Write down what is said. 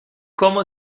cómo